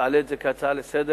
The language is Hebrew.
ותעלה את זה כהצעה לסדר-היום,